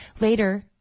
Later